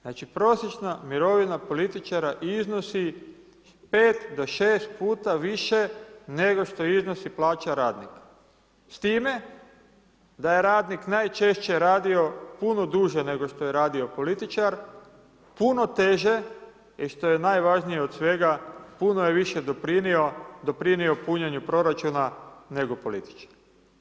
Znači prosječna mirovina političara iznosi 5 do 6 puta više nego što iznosi plaća radnika, s time da je radnik najčešće radio puno duže nego što je radio političar, puno teže i što je najvažnije od svega, puno je više doprinio, doprinio punjenju proračuna nego političar.